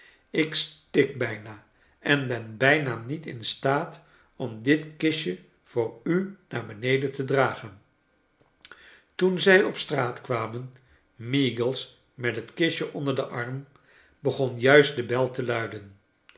ik stik bijna en ben bijna niet in staat om dit kistje voor u naar beneden te dragen toen zij op straa t kwamen moagles met het kistje onder den arm begon juist de bel te luiden